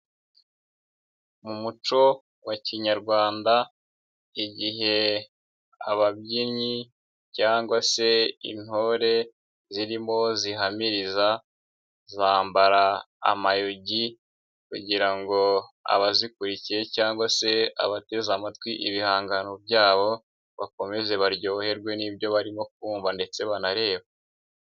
Mu muco wa kinyarwanda igihe ababyinnyi cyangwa se intore zirimo zihamiriza, zambara amayugi kugira ngo abazikurikiye cyangwa se abateze amatwi ibihangano byabo bakomeze baryoherwe n'ibyo barimo kumva ndetse banareba.